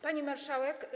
Pani Marszałek!